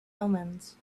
omens